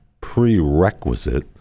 prerequisite